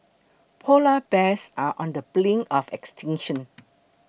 Polar Bears are on the brink of extinction